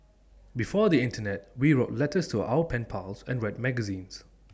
before the Internet we wrote letters to our pen pals and read magazines